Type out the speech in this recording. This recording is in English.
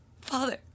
Father